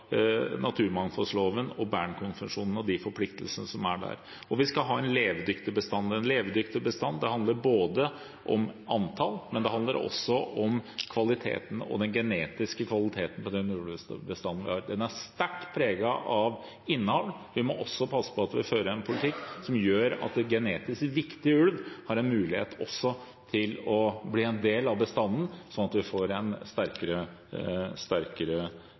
naturmangfoldloven og Bernkonvensjonen og de forpliktelsene som er der. Og vi skal ha en levedyktig bestand. Det handler om antall, men det handler også om den genetiske kvaliteten på den ulvebestanden vi har. Den er sterkt preget av innavl. Vi må passe på at vi fører en politikk som gjør at en genetisk viktig ulv har en mulighet til å bli en del av bestanden, slik at vi får en sterkere